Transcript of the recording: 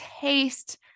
taste